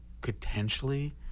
potentially